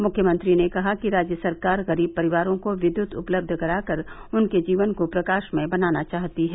मुख्यमंत्री ने कहा कि राज्य सरकार गरीब परिवारों को विद्युत उपलब्ध करा कर उनके जीवन को प्रकाशमय बनाना चाहती है